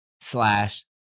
slash